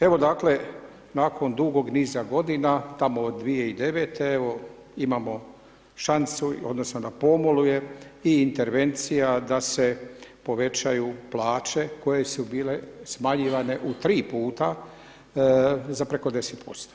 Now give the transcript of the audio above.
Evo dakle, nakon dugog niza godina tamo od 2009. evo imamo šansu odnosno na pomolu je i intervencija da se povećaju plaće koje su bile smanjivane u 3 puta za preko 10%